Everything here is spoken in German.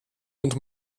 und